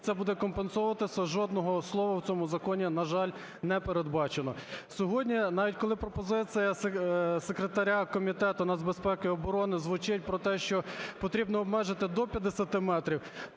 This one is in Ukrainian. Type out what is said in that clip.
це буде компенсуватися, жодного слова в цьому законі, на жаль, не передбачено. Сьогодні навіть, коли пропозиція секретаря Комітету нацбезпеки і оборони звучить про те, що потрібно обмежити до 50 метрів,